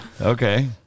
Okay